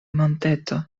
monteto